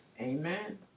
Amen